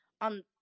on